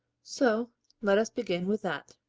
so let us begin with that.